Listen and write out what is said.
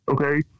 Okay